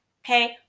Okay